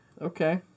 Okay